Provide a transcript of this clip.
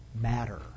matter